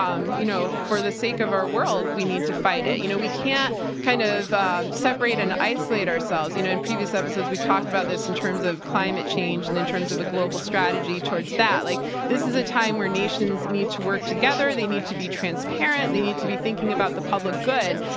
um you know, for the sake of our world, we need to fight it. you know we can't kind of separate and isolate ourselves. you know in previous episodes we've talked about this in terms of climate change and in terms of a global strategy towards that. like this is a time where nations need to work together, they need to be transparent. they need to be thinking about the public good,